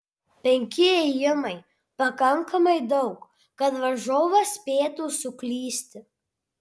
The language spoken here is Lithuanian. penki ėjimai pakankamai daug kad varžovas spėtų suklysti